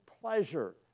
pleasure